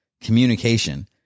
communication